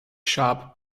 sharp